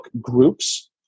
groups